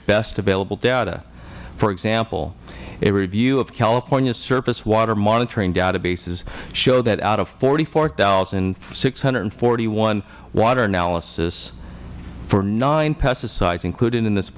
best available data for example a review of californias surface water monitoring databases show that out of forty four thousand six hundred and forty one water analysis for nine pesticides included in this